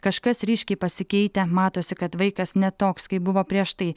kažkas ryškiai pasikeitę matosi kad vaikas ne toks kaip buvo prieš tai